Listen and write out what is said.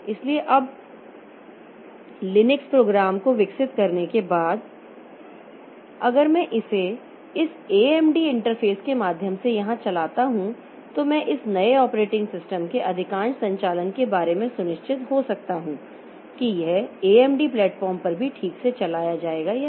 इसलिए अब Linux program को विकसित करने के बाद अगर मैं इसे इस एएमडी इंटरफेस के माध्यम से यहां चलाता हूं तो मैं इस नए ऑपरेटिंग सिस्टम के अधिकांश संचालन के बारे में सुनिश्चित हो सकता हूं कि यह एएमडी प्लेटफॉर्म पर भी ठीक से चलाया जाएगा या नहीं